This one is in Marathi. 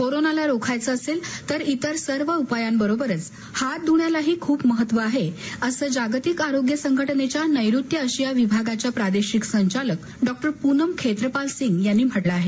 कोरोनाला रोखायचं असेल तर इतर सर्व उपायांबरोबर हात धुण्यालाही खूप महत्त्व आहे असं जागतिक आरोग्य संघटनेच्या नैऋत्य आशिया विभागाच्या प्रादेशिक संचालक डॉ पूनम खेत्रपाल सिंग यांनी म्हटलं आहे